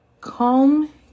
calm